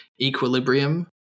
Equilibrium